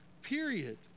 Period